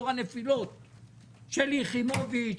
שלי יחימוביץ',